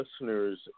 listeners